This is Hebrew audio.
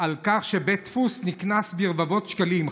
על כך שבית דפוס נקנס ברבבות שקלים,